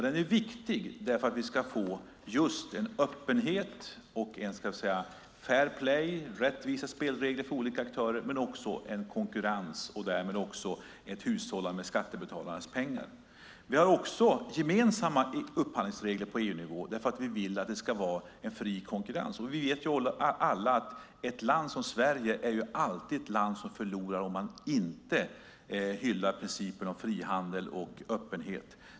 Den är viktig för att vi ska få en öppenhet, fair play, rättvisa spelregler för olika aktörer, konkurrens och därmed ett hushållande med skattebetalarnas pengar. Vi har också gemensamma upphandlingsregler på EU-nivå. Vi vill att det ska vara fri konkurrens. Vi vet alla att ett land som Sverige alltid förlorar om man inte hyllar principen om frihandel och öppenhet.